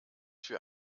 für